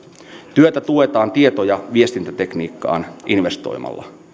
työtä tuetaan tieto ja viestintätekniikkaan investoimalla